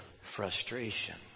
frustration